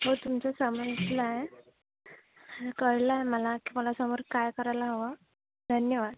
हो तुमचं समजलं आहे कळलं आहे मला की मला समोर काय करायला हवं धन्यवाद